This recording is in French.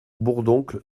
bourdoncle